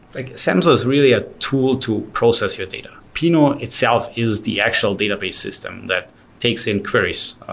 like samza is really a tool to process your data. pinot itself is the actual database system that takes in queries,